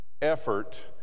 effort